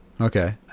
okay